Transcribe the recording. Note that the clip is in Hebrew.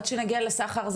עד שנגיע לרמה של סחר,